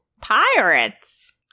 Pirates